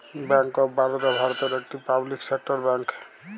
bank of Baroda ভারতের একটি public sector bank